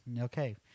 Okay